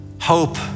hope